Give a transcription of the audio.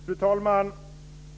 Fru talman!